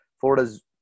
Florida's